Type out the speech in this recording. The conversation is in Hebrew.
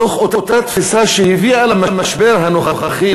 בתוך אותה תפיסה שהביאה למשבר הנוכחי,